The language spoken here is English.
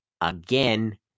again